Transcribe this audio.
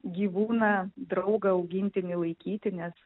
gyvūną draugą augintinį laikyti nes